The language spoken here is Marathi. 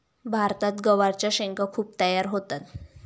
भारतात गवारच्या शेंगा खूप तयार होतात